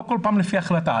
לא כל פעם לפי החלטה.